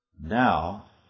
Now